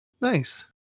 Nice